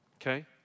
okay